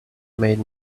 made